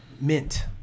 Mint